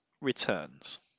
returns